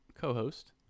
co-host